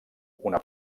una